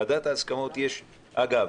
אגב,